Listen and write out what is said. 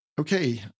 Okay